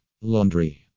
laundry